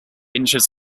inches